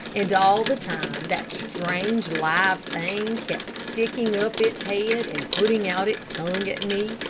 and all the time that strange live thing kept sticking up its head and putting out its tongue at me,